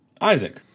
Isaac